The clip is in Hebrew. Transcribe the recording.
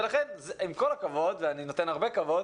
לכן, עם כל הכבוד ואני נותן הרבה כבוד